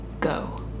Go